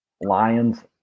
Lions